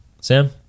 Sam